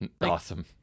Awesome